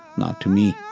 not to me